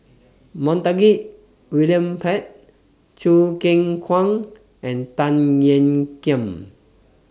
Montague William Pett Choo Keng Kwang and Tan Ean Kiam